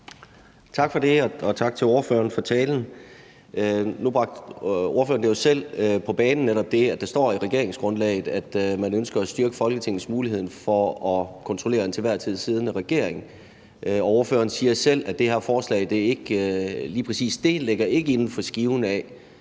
Tak for det, og tak til ordføreren for talen. Nu bragte ordføreren det jo selv på banen, netop det, at der står i regeringsgrundlaget, at man ønsker at styrke Folketingets mulighed for at kontrollere den til enhver tid siddende regering. Og ordføreren siger selv, at det her forslag ikke lige præcis ligger inden for skiven af,